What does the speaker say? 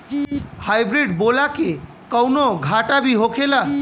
Hybrid बोला के कौनो घाटा भी होखेला?